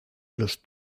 los